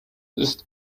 ist